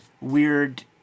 weird